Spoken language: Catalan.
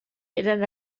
eren